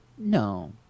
No